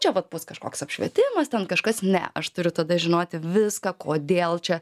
čia vat bus kažkoks apšvietimas ten kažkas ne aš turiu tada žinoti viską kodėl čia